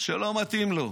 שלא מתאים לו.